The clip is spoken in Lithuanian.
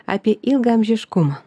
apie ilgaamžiškumą